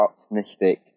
optimistic